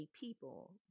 people